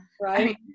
Right